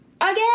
again